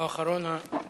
הוא אחרון השואלים.